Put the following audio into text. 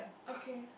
okay